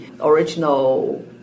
original